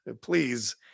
Please